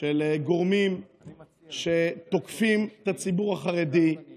של גורמים שתוקפים את הציבור החרדי,